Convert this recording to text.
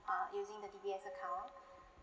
uh using the D_B_S account